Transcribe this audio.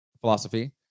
philosophy